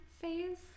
phase